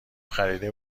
خریده